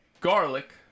garlic